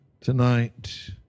tonight